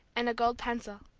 and a gold pencil.